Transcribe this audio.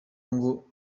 ngo